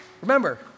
Remember